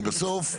כי בסוף,